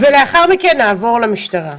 לאחר מכן נעבור למשטרה.